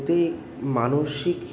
এটি মানসিক